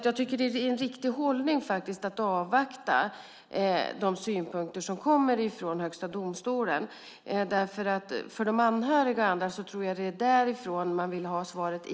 Jag tycker att det är en riktig hållning att avvakta de synpunkter som kommer från Högsta domstolen, för jag tror att det är därifrån som de anhöriga och andra egentligen vill ha svaret.